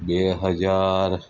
બે હજાર